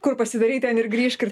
kur pasidarei ten ir grįžk